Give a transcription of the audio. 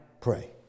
Pray